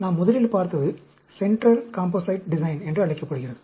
நாம் முதலில் பார்த்தது சென்ட்ரல் காம்போசைட் டிசைன் என்று அழைக்கப்படுகிறது